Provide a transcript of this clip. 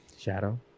Shadow